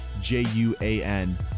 J-U-A-N